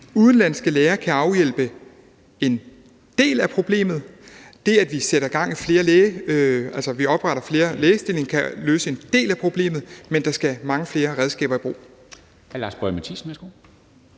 Udenlandske læger kan afhjælpe en del af problemet. Det, at vi opretter flere lægestillinger, kan løse en del af problemet, men der skal mange flere redskaber i brug.